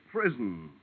Prison